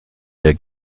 der